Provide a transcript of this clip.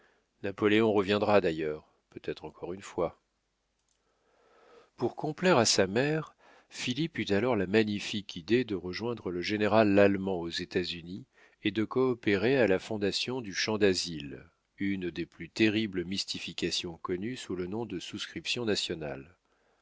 napoléon reviendra d'ailleurs peut-être encore une fois pour complaire à sa mère philippe eut alors la magnifique idée de rejoindre le général lallemand aux états-unis et de coopérer à la fondation du champ dasile une des plus terribles mystifications connues sous le nom de souscriptions nationales